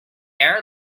air